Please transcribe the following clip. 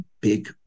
big